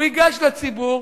ייגש לציבור.